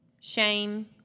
shame